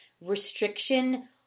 restriction